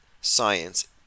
science